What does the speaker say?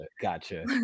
Gotcha